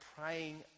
praying